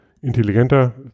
intelligenter